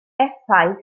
effaith